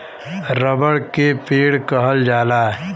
रबड़ के पेड़ कहल जाला